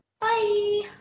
Bye